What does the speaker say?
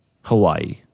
Hawaii